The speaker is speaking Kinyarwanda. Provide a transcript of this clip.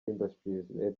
industries